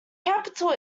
capital